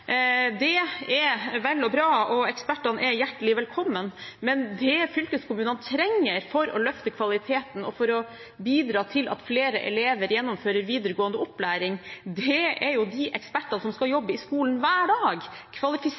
Det er vel og bra, og ekspertene er hjertelig velkommen. Men det fylkeskommunene trenger for å løfte kvaliteten og for å bidra til at flere elever gjennomfører videregående opplæring, er de ekspertene som skal jobbe i skolen hver dag: